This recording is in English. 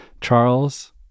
Charles